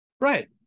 Right